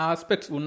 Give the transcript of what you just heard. Aspects